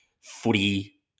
footy